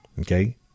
Okay